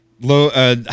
low